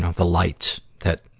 ah the lights that,